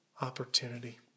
opportunity